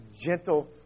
gentle